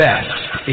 Best